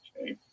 Okay